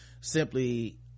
simply